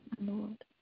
Lord